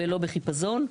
ולא בחיפזון.